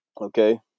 Okay